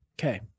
okay